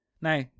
Now